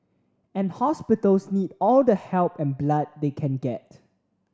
and hospitals need all the help and blood they can get